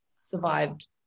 survived